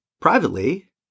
privately